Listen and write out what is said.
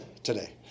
today